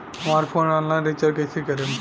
हमार phone online recharge कईसे करेम?